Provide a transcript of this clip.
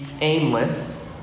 aimless